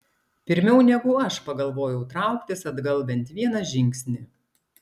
pirmiau negu aš pagalvojau trauktis atgal bent vieną žingsnį